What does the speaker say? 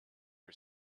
her